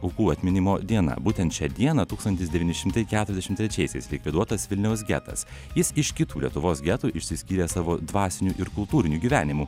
aukų atminimo diena būtent šią dieną tūkstantis devyni šimtai keturiasdešimt trečiaisiais likviduotas vilniaus getas jis iš kitų lietuvos getų išsiskyrė savo dvasiniu ir kultūriniu gyvenimu